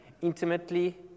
intimately